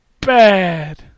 bad